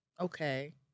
Okay